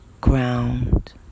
Ground